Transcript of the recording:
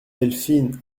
delphine